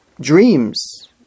dreams